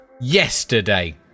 Yesterday